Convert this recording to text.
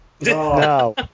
No